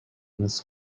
miss